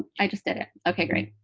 i just did it. ok, great.